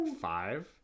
Five